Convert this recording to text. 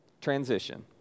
transition